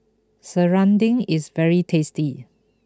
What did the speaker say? Serunding is very tasty